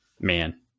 man